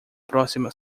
próxima